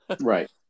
right